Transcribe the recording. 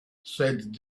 said